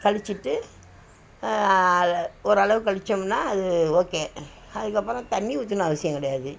கழிச்சிட்டு ஓரளவு கழிச்சமுன்னா அது ஓகே அதுக்கப்புறம் தண்ணி ஊத்தணுன்னு அவசியம் கிடையாது